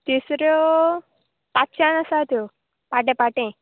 तिसऱ्यो पांचश्यान आसा त्यो पाटें पाटें